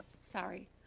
Sorry